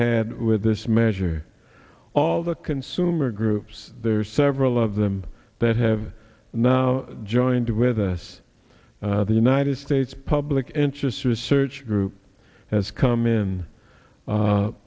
had with this measure all the consumer groups there are several of them that have now joined with us the united states public interest research group has come in